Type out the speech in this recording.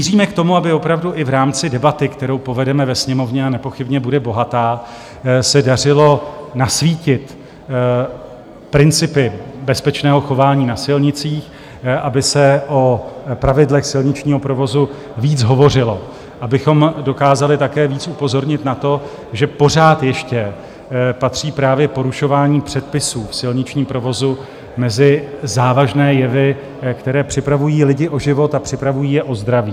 Míříme k tomu, aby opravdu i v rámci debaty, kterou povedeme ve Sněmovně, a nepochybně bude bohatá, se dařilo nasvítit principy bezpečného chování na silnicích, aby se o pravidlech silničního provozu víc hovořilo, abychom dokázali také víc upozornit na to, že pořád ještě patří právě porušování předpisů v silničním provozu mezi závažné jevy, které připravují lidi o život a připravují je o zdraví.